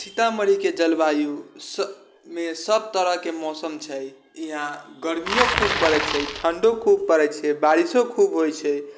सीतामढ़ीके जलवायुमे सब तरहके मौसम छै यहाँ गरमिओ खूब पड़ै छै ठण्डो खूब पड़ै छै बारिशो खूब होइ छै